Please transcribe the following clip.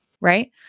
right